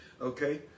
Okay